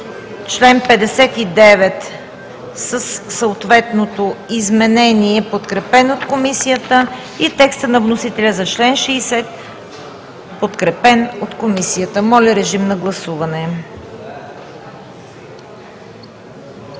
чл. 59 със съответното изменение, подкрепен от Комисията; и текста на вносителя за чл. 60, подкрепен от Комисията. Гласували